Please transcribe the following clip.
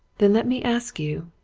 then let me ask you,